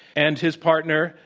and his partner,